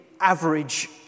average